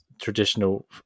traditional